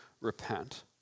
repent